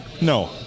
No